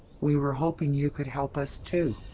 we were hoping you could help us, too.